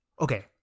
Okay